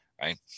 right